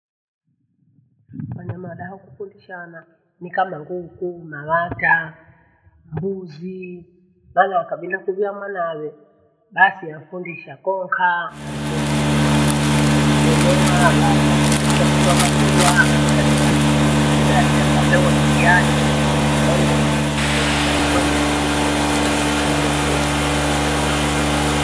wanyama wadaho kufundishana ni kama nguku, malata, mbuzi maana wakabina kuvia mwanaawe. Basi amfundisha khokhaa, amfundishaa nguku kudono, wata amfundisha kuvavatua na- na- n- dada kandeo waikiayo. Kwahiyo wanyama wafundishana kwaikuu kunanii ku.